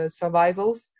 survivals